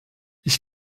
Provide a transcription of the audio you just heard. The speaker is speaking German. ich